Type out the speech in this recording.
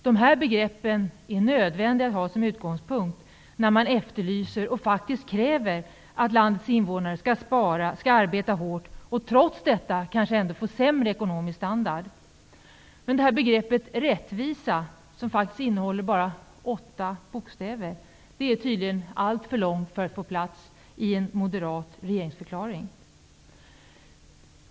Dessa begrepp är nödvändiga att ha som utgångspunkt när man efterlyser och faktiskt kräver att landets invånare skall spara, arbeta hårt och trots detta kanske ändå få sämre ekonomisk standard. Men begreppet rättvisa, som faktiskt innehåller bara åtta bokstäver, är tydligen alltför långt för att få plats i en moderat regeringsförklaring.